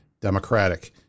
Democratic